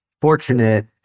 fortunate